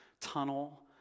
tunnel